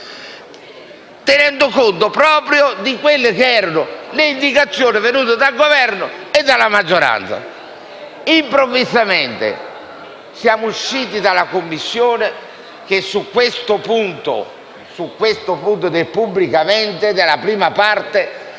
tenendo conto proprio delle indicazioni venute dal Governo e dalla maggioranza. Improvvisamente siamo usciti dalla Commissione che sul punto del «pubblicamente», afferente alla prima parte